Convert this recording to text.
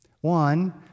One